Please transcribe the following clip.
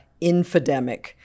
infodemic